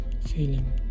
feeling